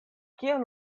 kion